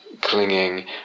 clinging